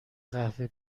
قهوه